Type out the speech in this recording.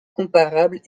comparable